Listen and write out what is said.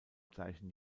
gleichen